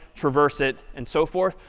traverse it, and so forth.